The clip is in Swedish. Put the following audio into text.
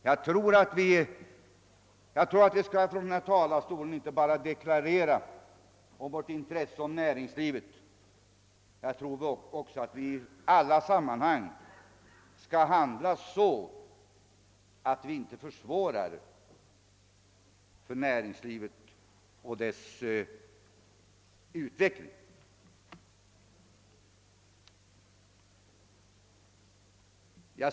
Jag tror att vi från denna talarstol inte bara skall deklarera vårt intresse för näringslivet. Jag tror också att vi i alla sammanhang skall handla så att vi inte försvårar näringslivets utveckling.